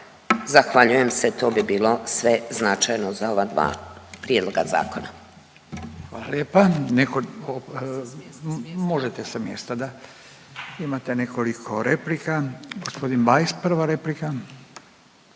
Zahvaljujem se. To bi bilo sve značajno za ova dva prijedloga zakona.